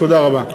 תודה רבה.